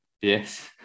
yes